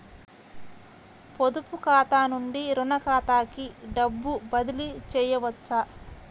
పొదుపు ఖాతా నుండీ, రుణ ఖాతాకి డబ్బు బదిలీ చేయవచ్చా?